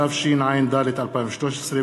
התשע"ד 2013,